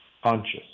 conscious